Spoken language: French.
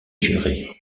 jurée